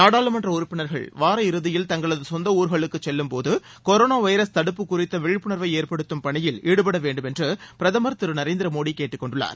நாடாளுமன்ற உறுப்பினர்கள் வார இறுதியில் தங்களது சொந்த ஊர்களுக்கு செல்லும் போது கொரோனா வைரஸ் தடுப்பு குறித்த விழிப்புணர்வை ஏற்படுத்தும் பணியில் ஈடுபட வேண்டும் என்று பிரதமர் திரு நரேந்திர மோடி கேட்டுக்கொண்டுள்ளார்